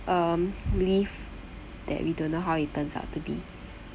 um live that we don't know how it turns out to be